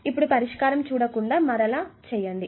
ఇప్పుడు పరిష్కారం చూడకుండా మరలా చేయండి